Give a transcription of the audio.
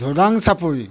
Dhobang Chapori